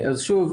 אז שוב,